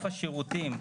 לגבי השירותים,